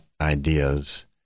ideas